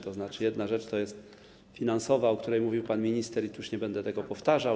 To znaczy jedna rzecz to jest kwestia finansowa, o której mówił pan minister, i tu już nie będę tego powtarzał.